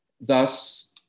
thus